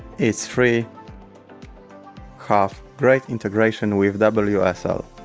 is free have great integration with wsl